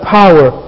power